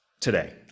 today